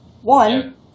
one